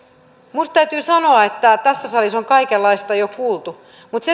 täytyy sanoa että tässä salissa on kaikenlaista jo kuultu mutta